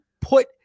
put